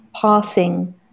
passing